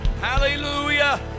Hallelujah